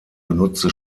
benutzte